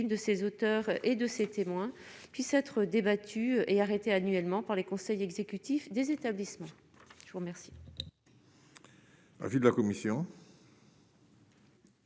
de ses auteurs et de ses témoins puissent être débattue et arrêté annuellement par les conseils exécutifs des établissements, je vous remercie.